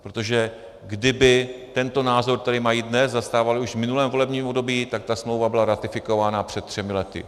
Protože kdyby tento názor, který mají dnes, zastávali už v minulém volebním období, tak ta smlouva byla ratifikována před třemi lety.